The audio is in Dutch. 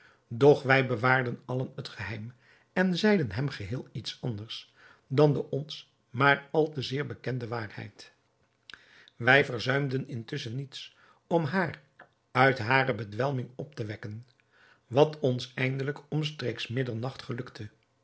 doch wij bewaarden allen het geheim en zeiden hem geheel iets anders dan de ons maar al te zeer bekende waarheid wij verzuimden intusschen niets om haar uit hare bedwelming op te wekken wat ons eindelijk omstreeks middernacht gelukte